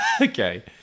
Okay